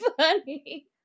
funny